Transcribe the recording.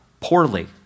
poorly